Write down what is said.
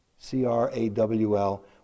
C-R-A-W-L